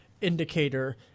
indicator